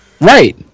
Right